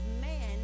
man